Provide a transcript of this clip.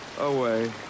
away